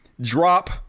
drop